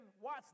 watch